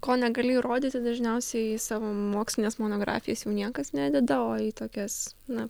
ko negali įrodyti dažniausiai į savo mokslines monografijas jau niekas nededa į tokias na